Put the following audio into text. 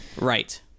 Right